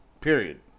period